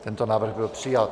Tento návrh byl přijat.